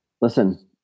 Listen